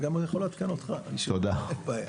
אני גם יכול לעדכן אותך, אין בעיה.